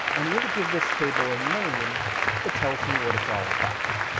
i'm going to give this table a name that tells me what it's all about.